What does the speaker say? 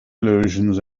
illusions